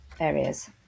areas